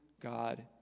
God